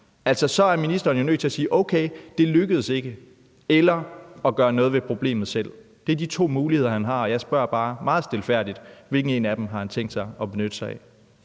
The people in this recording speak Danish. så er ministeren jo nødt til at sige, at det ikke lykkedes, eller at gøre noget ved problemet selv. Det er de to muligheder, han har, og jeg spørger bare meget stilfærdigt om, hvilken en af dem han har tænkt sig at benytte sig af.